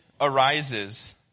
Arises